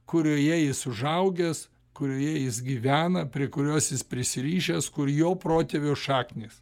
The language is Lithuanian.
kurioje jis užaugęs kurioje jis gyvena prie kurios jis prisirišęs kur jo protėvių šaknys